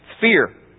fear